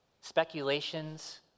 speculations